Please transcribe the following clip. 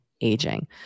aging